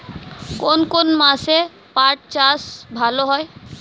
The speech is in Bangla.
কোন কোন মাসে পাট চাষ ভালো হয়?